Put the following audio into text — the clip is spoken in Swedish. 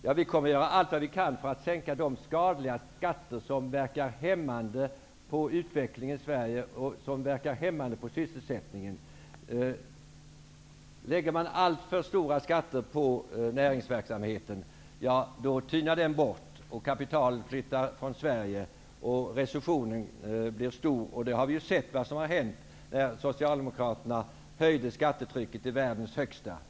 Ja, vi kommer att göra allt vad vi kan för att sänka de skadliga skatter som verkar hämmande på utvecklingen och på sysselsättningen i Sverige. Lägger man alltför stora skatter på näringsverksamheten tynar den bort, kapital flyttar från Sverige och recessionen blir stor. Vi har sett vad som har hänt när Socialdemokraterna höjde skattetrycket till världens högsta.